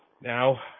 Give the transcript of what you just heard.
Now